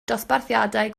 dosbarthiadau